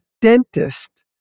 dentist